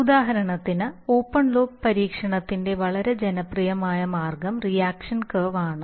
ഉദാഹരണത്തിന് open loop പരീക്ഷണത്തിന്റെ വളരെ ജനപ്രിയമായ മാർഗ്ഗം റീയാക്ഷൻ കർവ് ആണ്